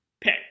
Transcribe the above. pick